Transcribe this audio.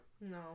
No